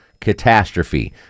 catastrophe